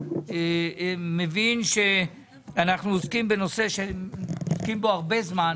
אתה מבין שאנחנו עוסקים בנושא הרבה זמן.